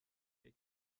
pek